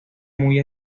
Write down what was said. muy